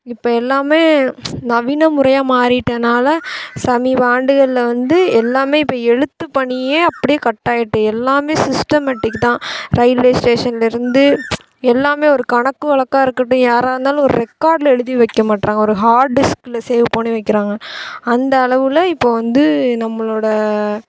இப்போ எல்லாம் நவீன முறையாக மாறிட்டனால் சமீப ஆண்டுகளில் வந்து எல்லாம் இப்போ எழுத்து பணியே அப்டி கட் ஆகிட்டு எல்லாம் சிஸ்டமெடிக் தான் ரயில்வே ஸ்டேஷனில் இருந்து எல்லாம் ஒரு கணக்கு வழக்கா இருக்கட்டும் யாராக இருந்தாலும் ஒரு ரெக்கார்ட்டில் எழுதி வைக்க மாற்றங்க ஒரு ஹார்டிஸ்கில் சேவ் பண்ணி வைக்கிறாங்க அந்தளவில் இப்போ வந்து நம்முளோடய